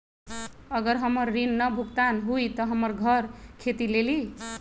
अगर हमर ऋण न भुगतान हुई त हमर घर खेती लेली?